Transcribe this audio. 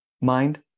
mind